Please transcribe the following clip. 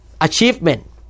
Achievement